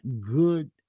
good